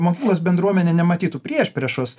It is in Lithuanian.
mokyklos bendruomenė nematytų priešpriešos